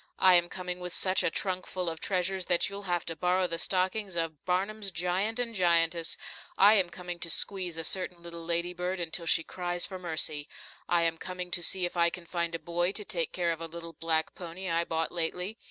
i am coming with such a trunk full of treasures that you'll have to borrow the stockings of barnum's giant and giantess i am coming to squeeze a certain little lady-bird until she cries for mercy i am coming to see if i can find a boy to take care of a little black pony i bought lately.